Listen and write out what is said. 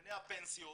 לענייני הפנסיות